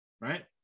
right